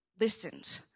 listened